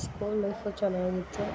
school life ಚೆನ್ನಾಗಿತ್ತು